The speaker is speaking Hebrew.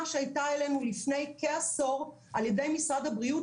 שהייתה אלינו לפני כעשור על ידי משרד הבריאות,